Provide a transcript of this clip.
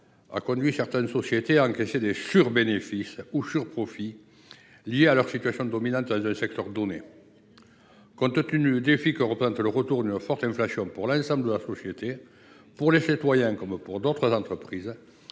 conduit certaines sociétés à encaisser des sur bénéfices, ou surprofits, liés à leur situation dominante dans un secteur donné. Compte tenu du défi que représente le retour d’une forte inflation pour l’ensemble de la société, c’est à dire pour les citoyens, pour les autres entreprises